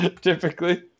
Typically